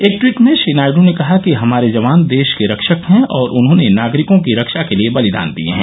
एक ट्वीट में श्री नायडू ने कहा कि हमारे जवान देश के रक्षक हैं और उन्होंने नागरिकों की रक्षा के लिए बलिदान दिए हैं